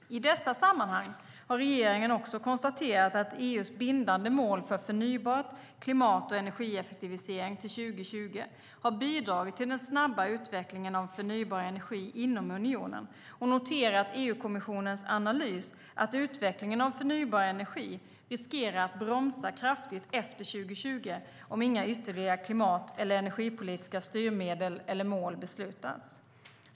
I dessa sammanhang har regeringen också konstaterat att EU:s bindande mål för klimat, förnybart och energieffektivisering till 2020 har bidragit till den snabba utvecklingen av förnybar energi inom unionen och noterat EU-kommissionens analys att utvecklingen av förnybar energi riskerar att bromsa kraftigt efter 2020 om inga ytterligare klimat eller energipolitiska styrmedel eller mål beslutas.